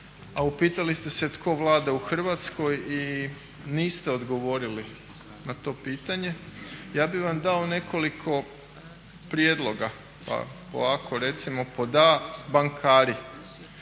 a upitali ste se tko vlada u Hrvatskoj i niste odgovorili na to pitanje. Ja bih vam dao nekoliko prijedloga, pa ovako recimo pod a) bankari,